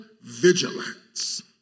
vigilance